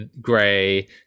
gray